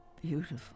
beautiful